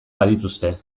badituzte